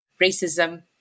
racism